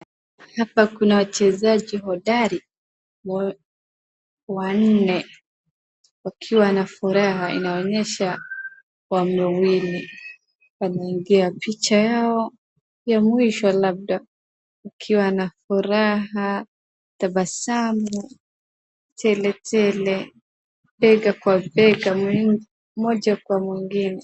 Hapa kuna wachezaji hodari wa nne wakiwa na furaha inaonyesha wamewini. Wameingia picha yao ya mwisho labda ukiwa na furaha, tabasamu, teletele ,begakwa bega ,mmoja kwa mwingine.